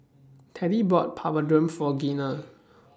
Teddie bought Papadum For Gina